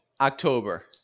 October